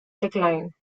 decline